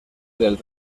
del